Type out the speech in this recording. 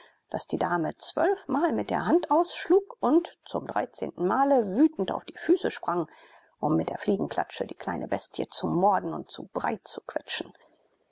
daß die dame zwölfmal mit der hand ausschlug und zum dreizehnten male wütend auf die füße sprang um mit der fliegenklatsche die kleine bestie zu morden und zu brei zu quetschen